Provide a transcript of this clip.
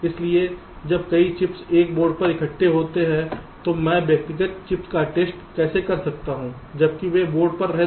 इसलिए जब कई चिप्स एक बोर्ड पर इकट्ठे होते हैं तो मैं व्यक्तिगत चिप्स का टेस्ट कैसे कर सकता हूं जबकि वे बोर्ड पर रहते हैं